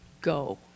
go